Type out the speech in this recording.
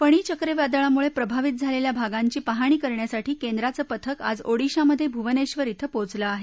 फणी चक्रीवादळामुळे प्रभावित झालेल्या भागांची पाहणी करण्यासाठी केंद्राचं पथक आज ओडिशामधे भुवनेश्वर ड्डे पोचलं आहे